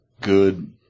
good